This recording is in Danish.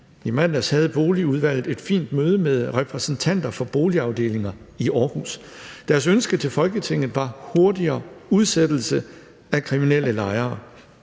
i mandags, havde Boligudvalget et fint møde med repræsentanter for boligafdelinger i Aarhus. Deres ønske til Folketinget var hurtigere udsættelse af kriminelle lejere.